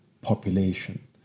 population